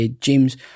James